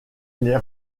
les